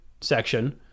section